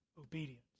obedience